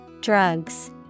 Drugs